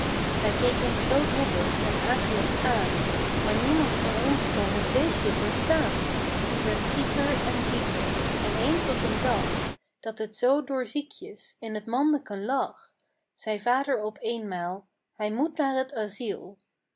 hij keek ons zoo droevig en akelig aan maar niemand van ons kon het beestje verstaan t werd zieker en zieker en eens op een dag dat het zoo door ziekjes in t mandeken lag zeî vader op eenmaal hij moet naar t